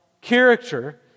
character